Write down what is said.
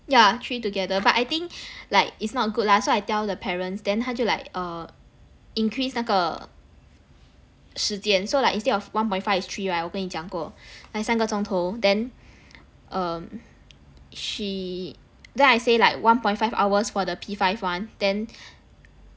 yeah three together but I think like it's not good lah so I tell the parents then 他就 like err increase 那个时间 so like instead of one point five is three right 我跟你讲过 like 三个钟头 then um she then I say like one point five hours for the P five one then